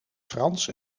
frans